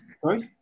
sorry